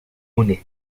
monnaies